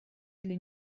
для